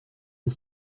and